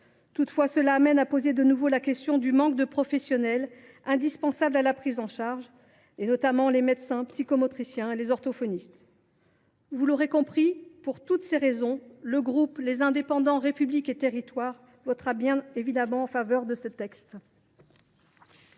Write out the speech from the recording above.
Toutefois, cela conduit à nous interroger de nouveau sur le manque de professionnels indispensables à la prise en charge de ces troubles, notamment les médecins, psychomotriciens et orthophonistes. Vous l’aurez compris, pour toutes ces raisons, le groupe Les Indépendants – République et Territoires votera bien évidemment en faveur de ce texte.